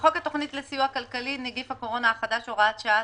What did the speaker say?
"בחוק התוכנית לסיוע כלכלי (נגיף הקורונה החדש)(הוראת שעה),